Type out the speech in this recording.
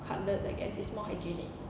cardless I guess it's more hygienic